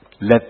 Let